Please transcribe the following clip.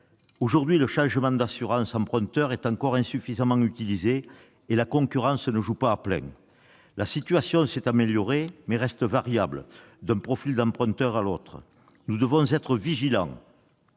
Aujourd'hui, le changement d'assurance emprunteur est encore insuffisamment utilisé, et la concurrence ne joue pas à plein. La situation s'est améliorée, mais elle reste variable d'un profil d'emprunteur à l'autre. Nous devons être vigilants